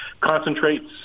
Concentrates